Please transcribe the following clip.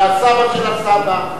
והסבא של הסבא,